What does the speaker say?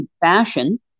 fashion